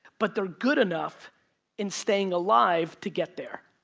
but they're good enough in staying alive to get there.